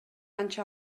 анча